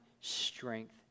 strength